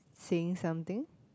saying something